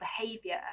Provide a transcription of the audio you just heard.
behavior